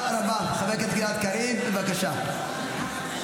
חברת הכנסת גוטליב, תני להמשיך את הדיון.